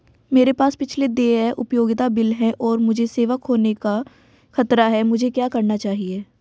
मेरे पास पिछले देय उपयोगिता बिल हैं और मुझे सेवा खोने का खतरा है मुझे क्या करना चाहिए?